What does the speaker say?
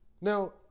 Now